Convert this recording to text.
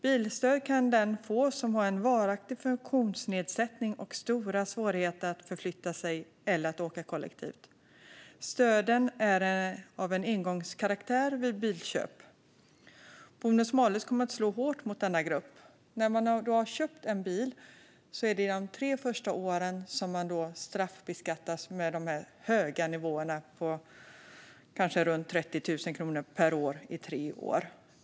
Bilstöd kan den få som har en varaktig funktionsnedsättning och stora svårigheter att förflytta sig eller att åka kollektivt. Stöden är av engångskaraktär vid bilköp. Bonus-malus kommer att slå hårt mot denna grupp. När man har köpt en bil är det de tre första åren som man straffbeskattas med dessa höga nivåer, kanske runt 30 000 kronor per år i tre år.